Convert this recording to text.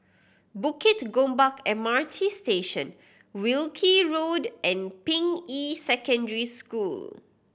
Bukit Gombak M R T Station Wilkie Road and Ping Yi Secondary School